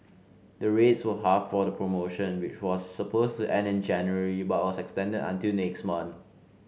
the rates were halved for the promotion which was supposed to end in January but was extended until next month